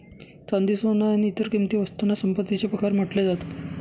चांदी, सोन आणि इतर किंमती वस्तूंना संपत्तीचे प्रकार म्हटले जातात